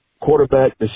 quarterback